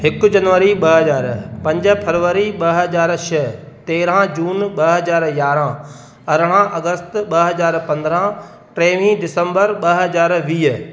हिकु जनवरी ॿ हज़ार फरवरी ॿ हज़ार छह तेरहं जून ॿ हज़ार यारहं अरिड़हं अगस्त ॿ हज़ार पंद्रहं टेवीह डिसेम्बर ॿ हज़ार वीह